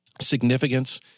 Significance